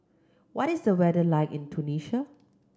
what is the weather like in Tunisia